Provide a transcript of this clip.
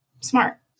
smart